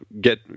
get